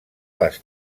les